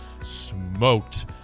smoked